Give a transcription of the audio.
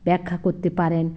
ব্যাখ্যা করতে পারেন